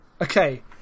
okay